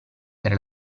per